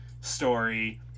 story